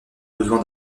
besoin